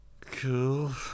Cool